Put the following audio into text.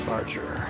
Archer